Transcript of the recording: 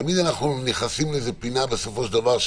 תמיד אנחנו נכנסים לפינה בסופו של דבר,